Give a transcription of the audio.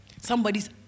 somebody's